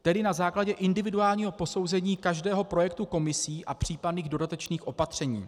Tedy na základě individuálního posouzení každého projektu Komisí a případných dodatečných opatření.